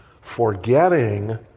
forgetting